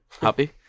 happy